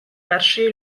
першої